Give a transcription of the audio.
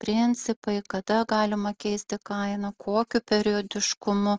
principai kada galima keisti kainą kokiu periodiškumu